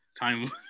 time